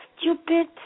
stupid